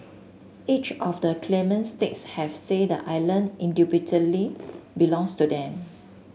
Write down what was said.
each of the claimant states have say the island indubitably belongs to them